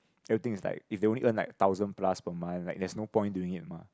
everything is like if they only earn like thousand plus per month like there's no point doing it mah